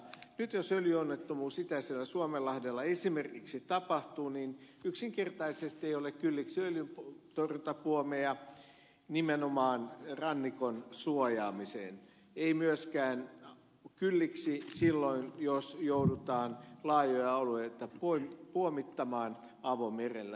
nyt jos öljyonnettomuus itäisellä suomenlahdella esimerkiksi tapahtuu niin yksinkertaisesti ei ole kylliksi öljyntorjuntapuomeja nimenomaan rannikon suojaamiseen ei myöskään kylliksi silloin jos joudutaan laajoja alueita puomittamaan avomerellä